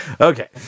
Okay